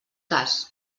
cas